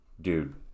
dude